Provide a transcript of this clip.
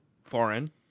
foreign